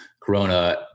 Corona